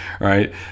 Right